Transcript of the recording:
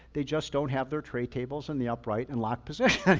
they just don't have their tray tables in the upright and locked position.